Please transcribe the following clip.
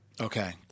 Okay